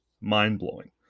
mind-blowing